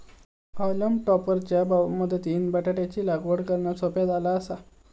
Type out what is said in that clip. हॉलम topper च्या मदतीनं बटाटयाची लागवड करना सोप्या झाला आसा